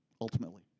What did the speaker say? ultimately